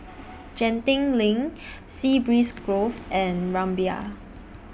Genting LINK Sea Breeze Grove and Rumbia